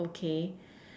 okay